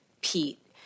Pete